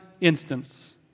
instance